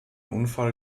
unfall